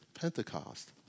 Pentecost